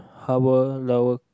hour long